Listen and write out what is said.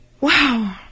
Wow